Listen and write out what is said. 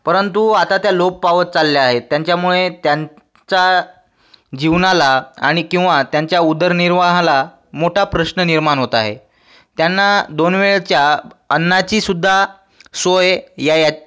परंतु आता त्या लोप पावत चालल्या आहेत त्यांच्यामुळे त्यांच्या जीवनाला आणि किंवा त्यांच्या उदरनिर्वाहाला मोठा प्रश्न निर्माण होत आहे त्यांना दोन वेळेच्या अन्नाचीसुद्धा सोय यायात